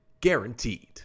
guaranteed